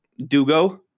Dugo